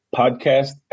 podcast